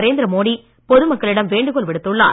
நரேந்திர மோடி பொதுமக்களிடம் வேண்டுகோள் விடுத்துள்ளார்